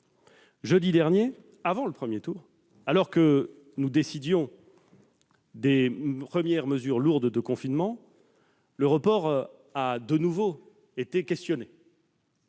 Jeudi dernier, avant le premier tour, alors que nous décidions des premières mesures lourdes de confinement, la question du report a de nouveau été examinée.